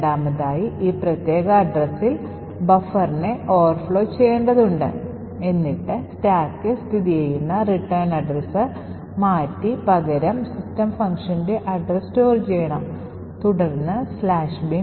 രണ്ടാമതായി ഈ പ്രത്യേക അഡ്രസ്സിൽ ബഫറിനെ ഓവർ ഫ്ലോ ചെയ്യേണ്ടതുണ്ട് എന്നിട്ട് സ്റ്റാക്കിൽ സ്ഥിതി ചെയ്യുന്ന റിട്ടേൺ അഡ്രസ്സ് മാറ്റി പകരം system functionന്റെ അഡ്രസ് store ചെയ്യണം